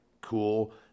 cool